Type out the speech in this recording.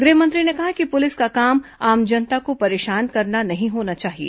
गृह मंत्री ने कहा कि पुलिस का काम आम जनता को परेशान करना नहीं होना चाहिए